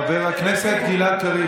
חבר הכנסת גלעד קריב,